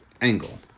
angle